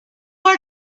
are